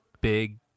big